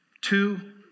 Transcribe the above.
two